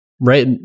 right